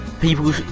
people